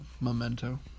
memento